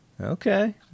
Okay